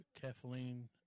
Kathleen